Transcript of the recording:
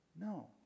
No